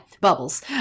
bubbles